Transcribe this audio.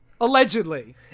Allegedly